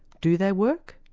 do they work,